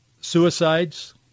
suicides